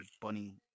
bunny